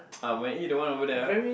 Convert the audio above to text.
um when eat the one over there ah